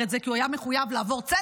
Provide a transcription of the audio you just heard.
את זה כי הוא היה מחויב לעבור צנזור,